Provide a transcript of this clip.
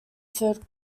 third